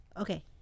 Okay